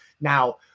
Now